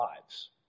lives